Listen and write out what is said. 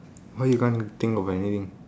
why you can't think of anything